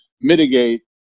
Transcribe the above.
mitigate